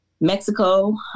Mexico